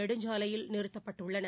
நெடுஞ்சாலையில் நிறுத்தப்பட்டுள்ளன